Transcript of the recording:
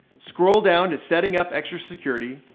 scroll down to setting up extra security,